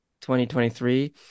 2023